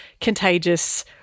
contagious